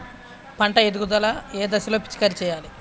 పంట ఎదుగుదల ఏ దశలో పిచికారీ చేయాలి?